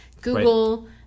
Google